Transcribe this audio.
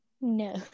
No